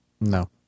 No